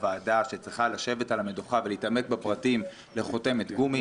ועדה שצריכה לשבת על המדוכה ולהתעמק בפרטים לחותמת גומי.